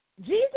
Jesus